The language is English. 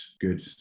good